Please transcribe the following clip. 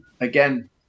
again